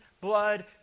blood